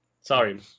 sorry